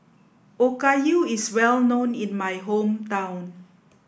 Okayu is well known in my hometown